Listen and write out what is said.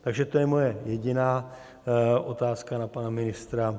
Takže to je moje jediná otázka na pana ministra.